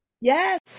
Yes